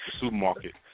supermarket